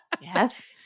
Yes